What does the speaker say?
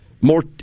more